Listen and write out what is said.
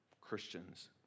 Christians